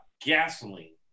gasoline